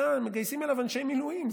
מגייסים אליו אנשי מילואים,